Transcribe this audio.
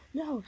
no